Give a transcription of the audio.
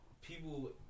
people